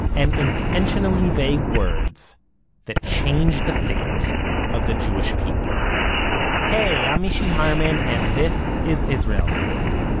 and intentionally vague, words that changed the fate of the jewish people hey i'm mishy harman and this is israel story.